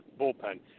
bullpen